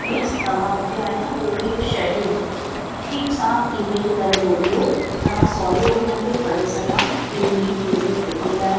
please तव्हां मुखे आए न पूरी शेड्यूल ठीक सां ईमेल करे मोकलियो त मां सहुलो हुन खे पढ़ी सघां की मुंहिंजी ट्रेनिंग किथे आहे